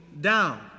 down